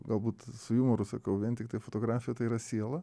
galbūt su jumoru sakau vien tiktai fotografija tai yra siela